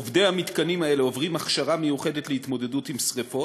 עובדי המתקנים האלה עוברים הכשרה מיוחדת להתמודדות עם שרפות.